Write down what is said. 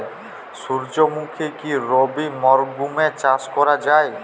সুর্যমুখী কি রবি মরশুমে চাষ করা যায়?